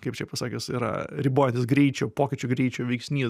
kaip čia pasakius yra ribojantis greičio pokyčių greičio veiksnys